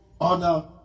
honor